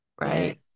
right